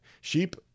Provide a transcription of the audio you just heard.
Sheep